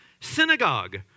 synagogue